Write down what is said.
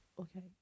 okay